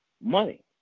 money